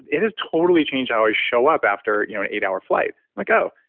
it has totally changed how i show up after you know an eight-hour flight. i'm like, oh,